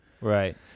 Right